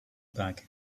bag